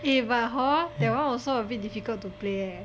ieh but hor that one also a bit difficult to play